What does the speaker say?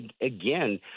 again